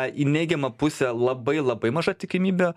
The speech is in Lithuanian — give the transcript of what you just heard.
į neigiamą pusę labai labai maža tikimybė